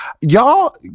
y'all